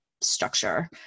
structure